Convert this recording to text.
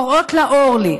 קוראות לה אורלי.